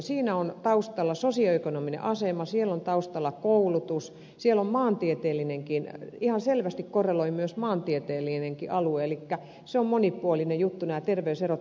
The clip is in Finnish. siinä on taustalla sosioekonominen asema siellä on taustalla koulutus siellä on maantieteellinenkin puoli ihan selvästi korreloi maantieteellinenkin alue elikkä nämä terveyserot ovat monipuolinen juttu